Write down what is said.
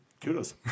kudos